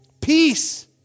Peace